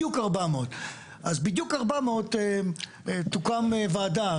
בדיוק 400. אז בדיוק 400 תוקם ועדה,